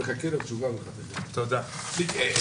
חזרנו מההפסקה.